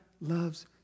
loves